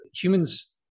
humans